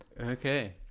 Okay